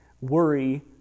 worry